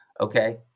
okay